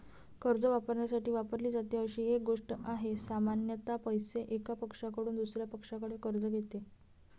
कर्ज वापरण्यासाठी वापरली जाते अशी एक गोष्ट आहे, सामान्यत पैसे, एका पक्षाकडून दुसर्या पक्षाकडून कर्ज घेते